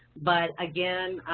but again,